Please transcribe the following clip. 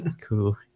Cool